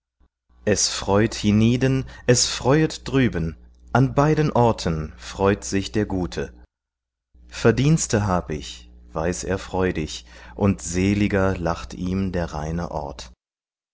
es freut hienieden es freuet drüben an beiden orten freut sich der gute verdienste hab ich weiß er freudig und seliger lacht ihm der reine ort